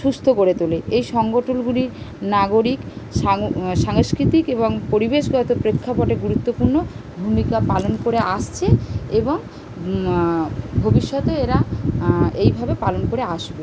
সুস্থ করে তোলে এই সংগঠনগুলির নাগরিক সাংও সাংস্কৃতিক এবং পরিবেশগত প্রেক্ষাপটে গুরুত্বপূর্ণ ভূমিকা পালন করে আসছে এবং ভবিষ্যতে এরা এইভাবে পালন করে আসবে